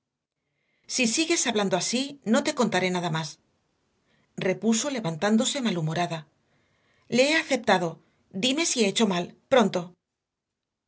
si sigues hablando así no te contaré nada más repuso levantándose malhumorada le he aceptado dime si he hecho mal pronto